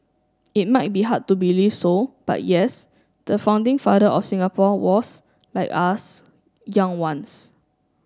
it might be hard to believe so but yes the founding father of Singapore was like us young once